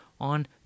on